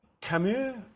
Camus